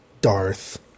Darth